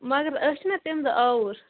مگر أسۍ چھِنا تَمہِ دۄہہ آوٕرۍ